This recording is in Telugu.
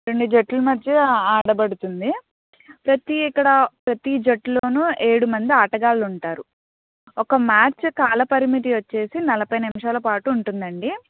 రెండు జట్ల మధ్య ఆడబడుతుంది ప్రతి ఇక్కడ ప్రతి జట్టులోను ఏడు మంది ఆటగాళ్ళు ఉంటారు ఒక మ్యాచ్ కాలపరిమితి వచ్చేసి నలభై నిమిషాల పాటు ఉంటుందండీ